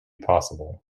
possible